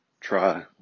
try